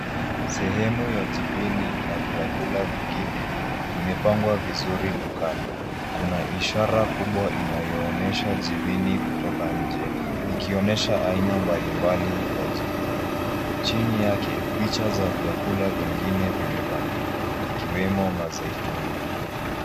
Sehemu ya jibini na vyakula vingine, imepangwa vizuri dukani. Kuna ishara kubwa inayoonesha jibini kutoka nje, ikionesha aina mbali mbali za jibini. Chini yake, picha ya vyakula vingine vimebandikwa, ikiwemo mazeituni.